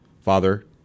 Father